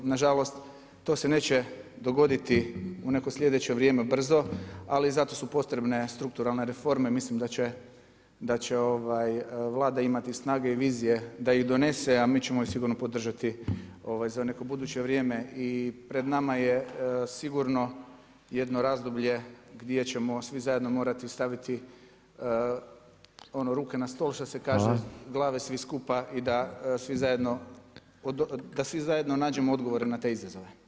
Nažalost, to se neće dogoditi u neko slijedeće vrijeme brzo, ali zato su potrebne strukturalne reforme, mislim da će Vlada imati snage i vizije da ih donese, a mi ćemo ih sigurno podržati za neko buduće vrijeme i pred nama je sigurno jedno razdoblje gdje ćemo svi zajedno morati staviti ono ruke na stol, što se kaže, glave svi skupa i da svi zajedno nađemo odgovore na te izazove.